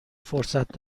فرصت